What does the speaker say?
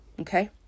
Okay